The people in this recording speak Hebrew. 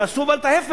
אבל תעשו את ההיפך,